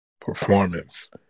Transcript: performance